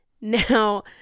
now